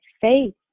Faith